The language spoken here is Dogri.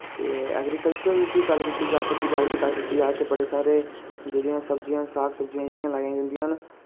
ते ऐगरीकल्चर दी गल्ल कीती जा खेती बाड़ी दी गल्ल कीती जा इत्थै बड़े सारे जेह्ड़ियां सब्जियां साग सब्जियां जेह्ड़ियां लाई जंदियां न